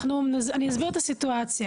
אני אסביר את הסיטואציה.